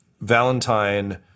Valentine